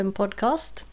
podcast